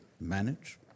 manage